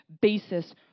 basis